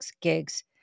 gigs